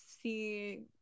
see